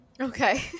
Okay